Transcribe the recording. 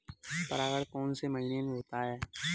परागण कौन से महीने में होता है?